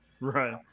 Right